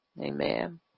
Amen